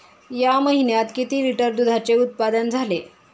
या महीन्यात किती लिटर दुधाचे उत्पादन झाले?